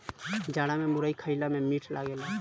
जाड़ा में मुरई खईला में मीठ लागेला